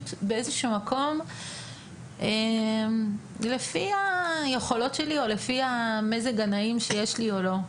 וכאחריות באיזשהו מקום לפי היכולות שלי או לפי המזג הנעים שיש לי או לא.